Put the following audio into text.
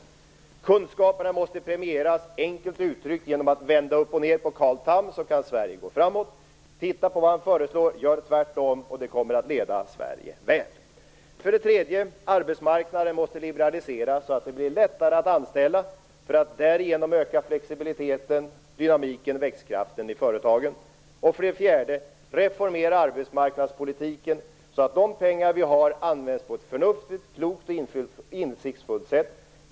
För det andra: Kunskaperna måste premieras. Enkelt uttryckt; genom att vända upp och ned på Carl Tham kan Sverige gå framåt. Se på vad han föreslår, gör tvärtom, och det kommer att leda Sverige väl. För det tredje: Arbetsmarknaden måste liberaliseras så att det blir lättare att anställa, för att därigenom öka flexibiliteten, dynamiken och växtkraften i företagen. För det fjärde: Reformera arbetsmarknadspolitiken så att de pengar som vi har används på ett förnuftigt, klokt och insiktsfullt sätt.